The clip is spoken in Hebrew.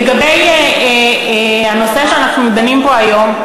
לגבי הנושא שאנחנו דנים בו היום,